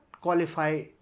qualify